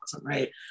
right